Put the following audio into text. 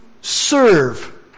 serve